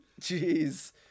Jeez